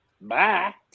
bye